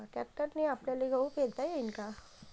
ट्रॅक्टरने आपल्याले गहू पेरता येईन का?